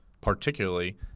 particularly